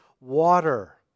water